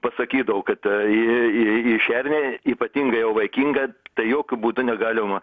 pasakydavo kad į į į šernę ypatingai jau vaikingą tai jokiu būdu negalima